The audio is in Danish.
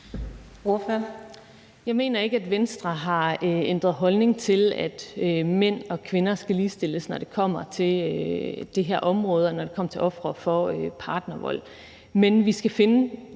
Jeg mener ikke, at Venstre har ændret holdning til, at mænd og kvinder skal ligestilles, når det kommer til det her område – når det kommer til ofre for partnervold.